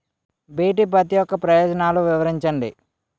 BT పత్తి యొక్క ప్రయోజనాలను వివరించండి?